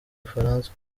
bufaransa